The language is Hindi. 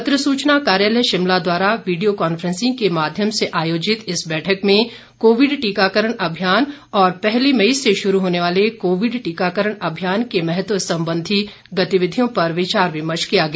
पत्र सूचना कार्यालय शिमला द्वारा वीडियो कॉन्फ्रेंसिंग के माध्यम से आयोजित इस बैठक में कोविड टीकाकरण अभियान और पहली मई से शुरू होने वाले कोविड टीकाकरण अभियान के महत्व संबंधी गतिविधियों पर विचार विमर्श किया गया